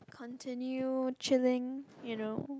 continue chilling you know